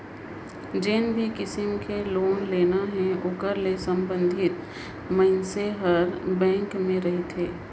जेन भी किसम के लोन लेना हे ओकर ले संबंधित मइनसे हर बेंक में रहथे